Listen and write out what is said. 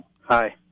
Hi